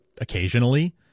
occasionally